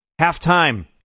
Halftime